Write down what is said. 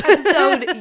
Episode